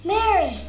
Mary